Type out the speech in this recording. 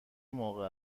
موقع